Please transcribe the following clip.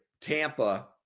Tampa